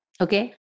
Okay